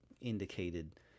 indicated